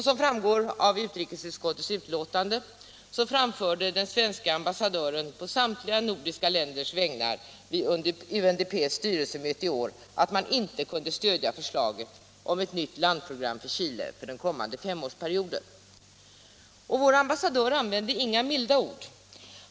Som framgår av betänkandet framförde den svenske ambassadören på samtliga nordiska länders vägnar vid UNDP:s styrelsemöte i år att man inte kunde stödja förslaget om ett nytt landprogram för Chile för den kommande femårsperioden. Vår ambassadör använde inga milda ord.